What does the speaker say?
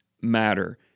matter